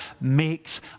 makes